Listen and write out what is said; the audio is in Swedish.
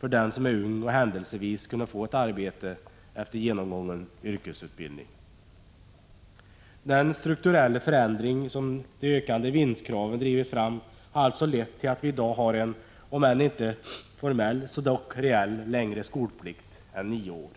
för den som är ung och händelsevis skulle kunna få ett arbete efter genomgången yrkesutbildning. Den strukturella förändring som de ökande vinstkraven drivit fram har alltså lett till att vi i dag har en om inte formell så dock reell längre skolplikt än nio år.